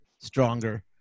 stronger